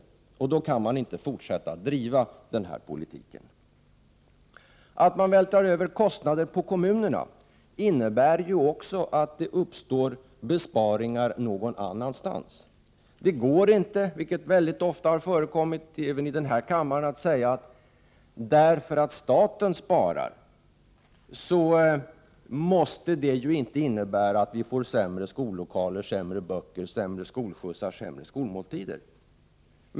Med den utgångspunkten kan man inte fortsätta att driva en sådan här politik. Att man vältrar över kostnader på kommunerna innebär också att det måste till besparingar någon annanstans. Det går inte, vilket ofta har förekommit även här i kammaren, att bara säga: Det faktum att staten sparar måste inte innebära att vi får sämre skollokaler, sämre böcker, sämre skolskjutsar och sämre skolmåltider.